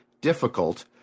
difficult